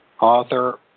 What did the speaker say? Author